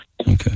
Okay